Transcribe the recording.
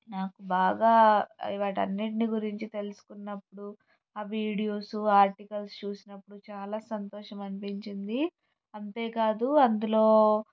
నాకు బాగా ఇవన్నిటి గురించి తెలుసుకున్నప్పుడు ఆ వీడియోసు ఆర్టికల్స్ చూసినప్పుడు చాలా సంతోషమనిపించింది అంతే కాదు అందులో